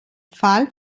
fall